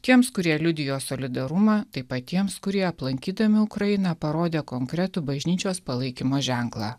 tiems kurie liudijo solidarumą taip pat tiems kurie aplankydami ukrainą parodė konkretų bažnyčios palaikymo ženklą